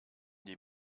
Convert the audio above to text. die